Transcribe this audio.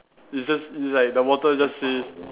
it's just it's like the bottle just says